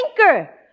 Anchor